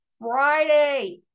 Friday